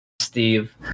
Steve